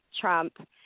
Trump